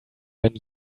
wenn